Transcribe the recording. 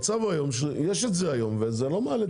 יש את זה כיום וזה לא מעלה את המחיר.